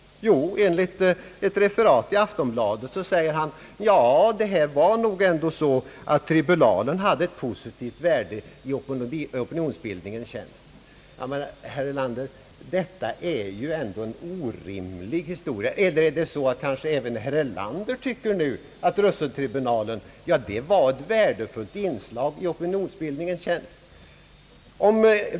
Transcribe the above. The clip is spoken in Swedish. Jo, enligt ett referat i Arbetet förklarar han att det var nog ändå så att tribunalen hade ett positivt värde i opinionsbildningens tjänst. Detta är ju ändå en orimlig historia, herr Erlander. Eller är det kanske så att även herr Erlander nu tycker att Russelltribunalen hade ett positivt värde i opinionsbildningens tjänst?